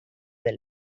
bany